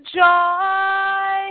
joy